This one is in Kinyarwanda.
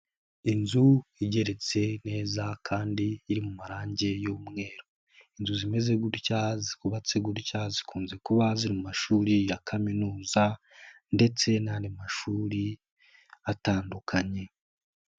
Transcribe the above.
Inzu igeretse neza kandi iri mu marangi y’umweru. Inzu zimeze gutya, zubatse gutya zikunze kuba ziri mu mashuri ya kaminuza ndetse n'andi mashuri atandukanye.